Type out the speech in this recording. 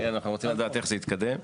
אנחנו רוצים לדעת איך זה התקדם.